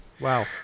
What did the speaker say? Wow